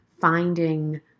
finding